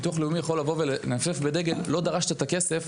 ביטוח לאומי יכול לבוא ולנופף בדגל: לא דרשת את הכסף,